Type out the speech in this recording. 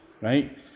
Right